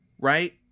right